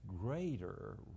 greater